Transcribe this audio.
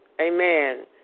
amen